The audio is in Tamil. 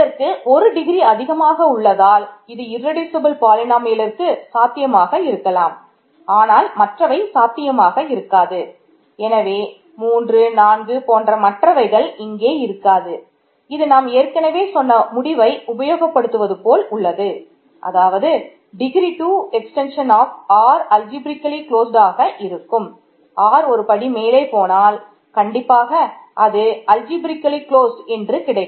இதற்கு ஒரு டிகிரி